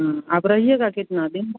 हाँ आप रहिएगा कितना दिन